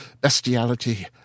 bestiality